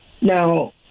Now